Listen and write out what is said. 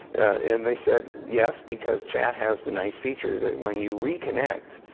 and they said yes, because chat has the nice feature that when you reconnect,